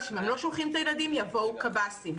שאם הם לא שולחים את הילדים יבואו קב"סים.